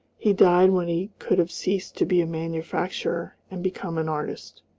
he died when he could have ceased to be a manufacturer and become an artist.